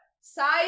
Size